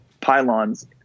pylons